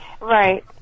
Right